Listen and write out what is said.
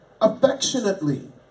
affectionately